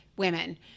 women